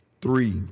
Three